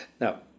Now